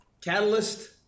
catalyst